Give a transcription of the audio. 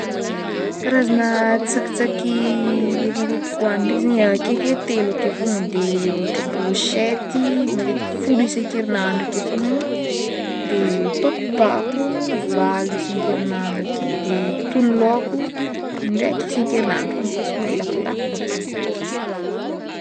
Karazagna tsakitsaky le matetiky hoagnigny ndraiky zegny akeke telo ake fogna, de ôhatra brochety, matetiky folo isankerinandro ake fognany, de pakopako valo isankerinandro ake, de togno laoko, indraika isankerindro fogna fa somary lafolafo bôka